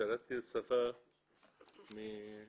שירתי בצד"ל מ-76'